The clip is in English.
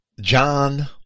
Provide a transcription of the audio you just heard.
John